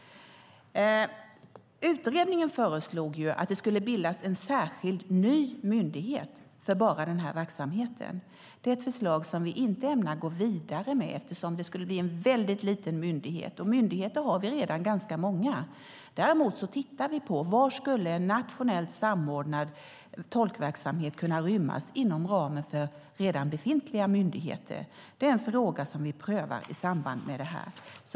Utredningen föreslog ju att det skulle bildas en särskild myndighet för bara den här verksamheten. Det är ett förslag som vi inte ämnar gå vidare med, eftersom det skulle bli en väldigt liten myndighet, och myndigheter har vi redan ganska många. Däremot tittar vi på var en nationellt samordnad tolkverksamhet skulle kunna rymmas inom ramen för redan befintliga myndigheter. Det är en fråga som vi prövar i samband med det här.